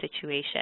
situation